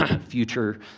future